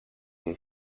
and